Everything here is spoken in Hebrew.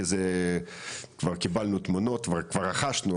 כי זה כבר קיבלנו תמונות וכבר רכשנו,